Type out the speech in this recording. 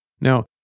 Now